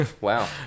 wow